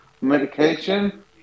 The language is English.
medication